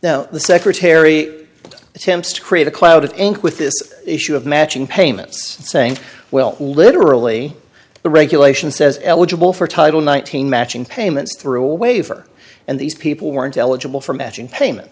briefs the secretary attempts to create a cloud of ink with this issue of matching payments saying well literally the regulation says eligible for title nineteen matching payments through a waiver and these people weren't eligible for matching payments